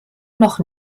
noch